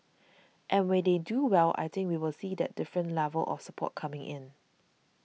and when they do well I think we will see that different level of support coming in